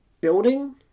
building